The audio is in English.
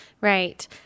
Right